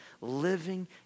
living